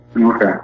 Okay